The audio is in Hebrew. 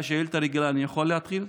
אני יכול להתחיל?